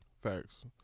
Facts